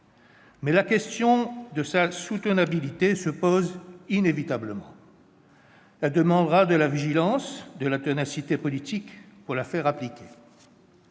Mais la question de sa soutenabilité se pose inévitablement : il faudra de la vigilance et de la ténacité politique pour la faire appliquer.